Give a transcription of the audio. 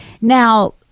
Now